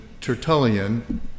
Tertullian